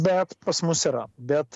bet pas mus yra bet